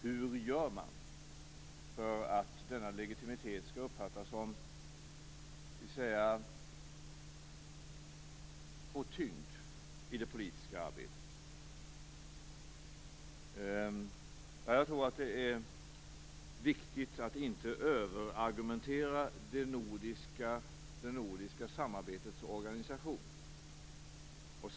Hur gör man för att denna legitimitet skall få tyngd i det politiska arbetet? Jag tror att det är viktigt att inte överargumentera det nordiska samarbetets organisation.